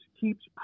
keeps